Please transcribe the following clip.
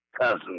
cousin